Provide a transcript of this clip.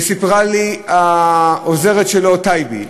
וסיפרה לי העוזרת שלו, טייבי,